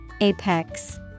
Apex